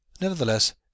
Nevertheless